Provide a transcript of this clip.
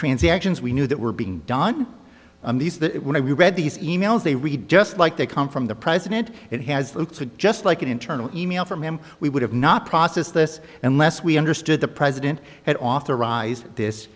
transactions we knew that were being done on these that when i read these e mails they read just like they come from the president it has looked just like an internal e mail from him we would have not processed this unless we understood the president had authorized this